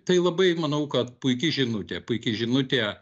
tai labai manau kad puiki žinutė puiki žinutė